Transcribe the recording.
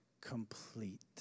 complete